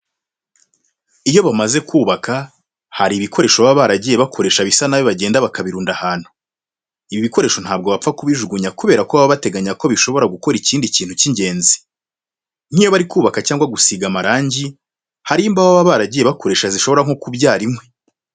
Iyo bamaze kubaka, hari ibikoresho baba baragiye bakoresha bisa nabi bagenda bakabirunda ahantu. Ibi bikoresho ntabwo bapfa kubijugunya kubera ko baba bateganya ko bishobora gukora ikindi kintu cy'ingenzi. Nk'iyo bari kubaka cyangwa gusiga amarangi hari imbaho baba baragiye bakoresha zishobora nko kubyara inkwi.